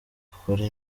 agakora